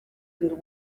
and